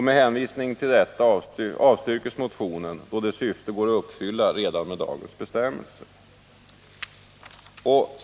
Med hänvisning härtill avstyrks motionen, då dess syfte går att uppfylla redan med dagens bestämmelser.